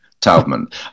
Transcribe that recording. Taubman